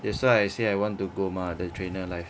that's why I say I want to go mah the trainer life